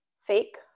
fake